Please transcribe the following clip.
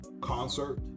concert